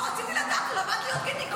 לא, רציתי לדעת, הוא למד להיות גינקולוג.